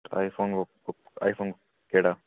iPhone iPhone केह्ड़ा